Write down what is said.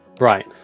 Right